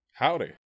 Howdy